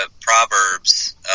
Proverbs